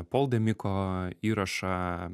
pol demiko įrašą